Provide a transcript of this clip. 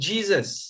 Jesus